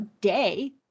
day